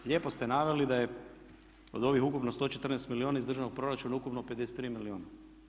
Lijepo ste naveli da je od ovih ukupno 114 milijuna iz državnog proračuna ukupno 53 milijuna.